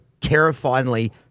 terrifyingly